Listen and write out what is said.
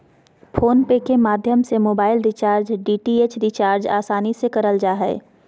phone पे के माध्यम से मोबाइल रिचार्ज, डी.टी.एच रिचार्ज आसानी से करल जा हय